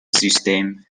system